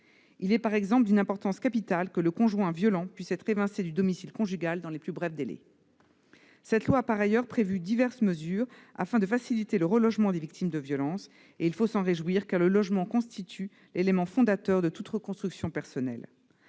Il est, par exemple, d'une importance capitale que le conjoint violent puisse être évincé du domicile conjugal dans les plus brefs délais. Cette loi a par ailleurs prévu diverses mesures afin de faciliter le relogement des victimes de violences et il faut s'en réjouir, car le logement constitue l'élément fondateur de toute reconstruction personnelle.